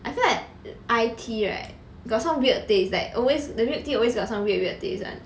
I feel like iTea right got some weird taste like always the milk tea always got some weird weird taste one